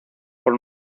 por